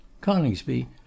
coningsby